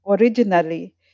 originally